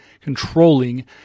controlling